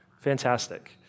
fantastic